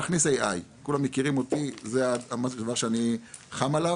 להכניס AI כולם מכירים אותי ויודעים שזה דבר שאני מאוד רוצה,